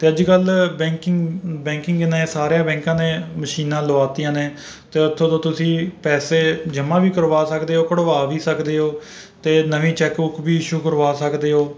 ਅਤੇ ਅੱਜ ਕੱਲ੍ਹ ਬੈਕਿੰਗ ਬੈਕਿੰਗ ਨੇ ਸਾਰੇ ਬੈਂਕਾਂ ਨੇ ਮਸ਼ੀਨਾਂ ਲਵਾ ਦਿੱਤੀਆਂ ਨੇ ਅਤੇ ਉੱਥੋਂ ਤੋਂ ਤੁਸੀਂ ਪੈਸੇ ਜਮ੍ਹਾਂ ਵੀ ਕਰਵਾ ਸਕਦੇ ਹੋ ਕਢਵਾ ਵੀ ਸਕਦੇ ਹੋ ਅਤੇ ਨਵੀਂ ਚੈੱਕ ਬੁੱਕ ਵੀ ਈਸ਼ੂ ਕਰਵਾ ਸਕਦੇ ਹੋ